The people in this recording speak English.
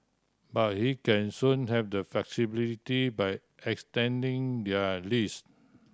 but hey can soon have the flexibility by extending their lease